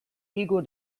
eagle